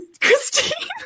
Christine